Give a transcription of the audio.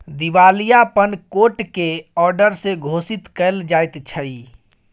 दिवालियापन कोट के औडर से घोषित कएल जाइत छइ